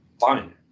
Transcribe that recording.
Fine